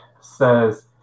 says